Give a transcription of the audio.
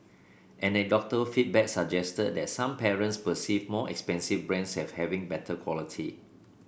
anecdotal feedback suggested that some parents perceive more expensive brands as having better quality